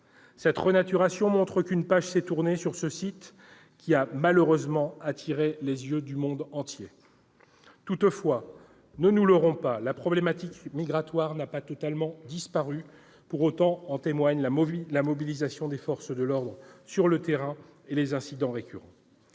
Cette renaturation montre qu'une page s'est tournée sur ce site, qui a malheureusement attiré les yeux du monde entier. Toutefois, ne nous leurrons pas, la problématique migratoire n'a pas totalement disparu pour autant : en témoignent la mobilisation des forces de l'ordre sur le terrain et les incidents récurrents.